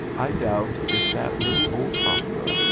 i doubt if that little old opera,